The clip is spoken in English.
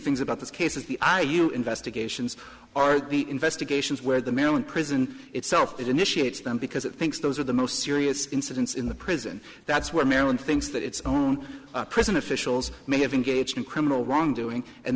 things about this case is the are you investigations are the investigations where the maryland prison itself it initiates them because it thinks those are the most serious incidents in the prison that's where maryland thinks that its own prison officials may have engaged in criminal wrongdoing and